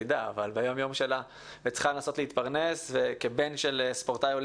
אבל ביום-יום שלה היא צריכה לנסות להתפרנס וכבן של ספורטאי אולימפי,